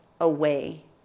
away